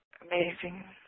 amazing